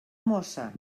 mossa